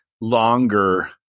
longer